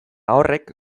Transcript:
horrek